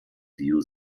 view